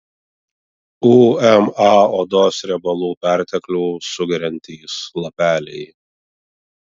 uma odos riebalų perteklių sugeriantys lapeliai